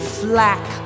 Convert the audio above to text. flack